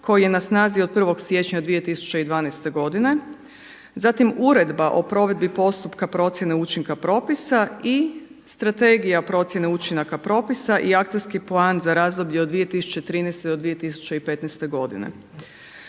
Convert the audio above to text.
koji je na snazi od 1. siječnja 2012. godine, zatim Uredba o provedbi postupka procjene učinka propisa i Strategija procjene učinaka propisa i akcijski plan za razdoblje od 2013. do 2015. godine.